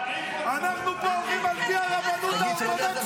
אנחנו פה הולכים על פי הרבנות האורתודוקסית.